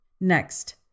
Next